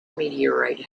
meteorite